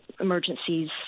emergencies